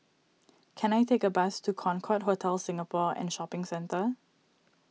can I take a bus to Concorde Hotel Singapore and Shopping Centre